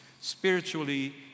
spiritually